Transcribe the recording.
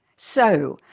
so,